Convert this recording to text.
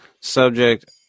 subject